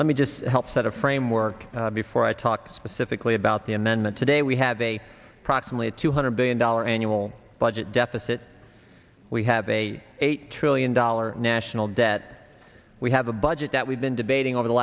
let me just help set a framework before i talk specifically about the amendment today we have a proximate two hundred billion dollar annual budget deficit we have a eight trillion dollars national debt we have a budget that we've been debating over the